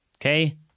okay